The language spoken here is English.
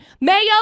Mayo